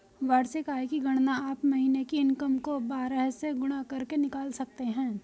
वार्षिक आय की गणना आप महीने की इनकम को बारह से गुणा करके निकाल सकते है